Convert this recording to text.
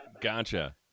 gotcha